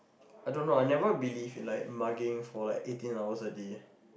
I don't know I never believe in like mugging for like eighteen hours a day